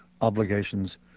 obligations